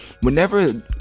whenever